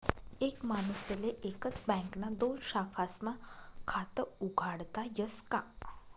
एक माणूसले एकच बँकना दोन शाखास्मा खातं उघाडता यस का?